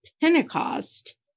Pentecost